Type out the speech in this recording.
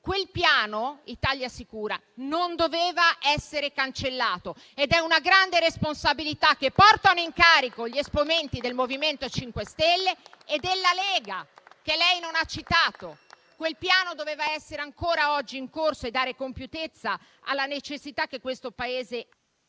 Il piano Italia sicura non doveva essere cancellato ed è una grande responsabilità che portano in carico gli esponenti del MoVimento 5 Stelle e della Lega, che lei non ha citato. Quel piano doveva essere ancora oggi in corso e dare compiutezza alle necessità del Paese.